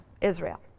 Israel